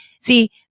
See